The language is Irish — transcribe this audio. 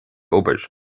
obair